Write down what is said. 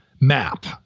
map